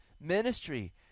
ministry